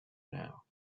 now